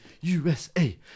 USA